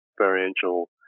experiential